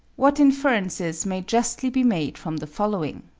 what inferences may justly be made from the following?